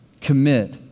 commit